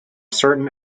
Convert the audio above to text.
certain